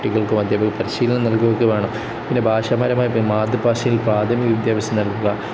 കുട്ടികൾക്കും അധ്യാപകര്ക്കും പരിശീലനം നൽകുകയൊക്കെ വേണം പിന്നെ ഭാഷാപരമായിട്ട് മാതൃഭാഷയിൽ പ്രാഥമിക വിദ്യാഭ്യാസം നൽകുക